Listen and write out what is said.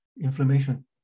inflammation